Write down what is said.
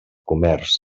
comerç